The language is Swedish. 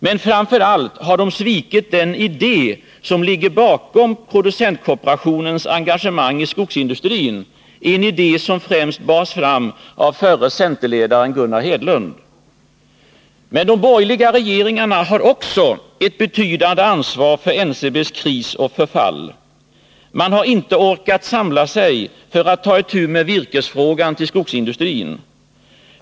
Men framför allt har de svikit den idé som ligger bakom producentkooperationens engagemang i skogsindustrin — en idé som främst bars fram av förre centerledaren Gunnar Hedlund. Men de borgerliga regeringarna har också ett betydande ansvar för NCB:s kris och förfall. Man har inte orkat samla sig för att ta itu med frågan om virke till skogsindustrin.